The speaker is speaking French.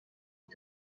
les